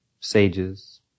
sages